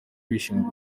bishinzwe